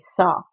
saw